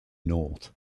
north